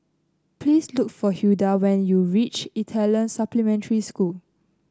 please look for Hilda when you reach Italian Supplementary School